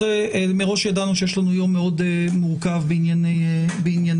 מראש ידענו שיש לנו יום מאוד מורכב בענייני הקורונה.